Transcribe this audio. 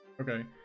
okay